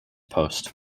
post